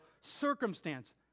circumstance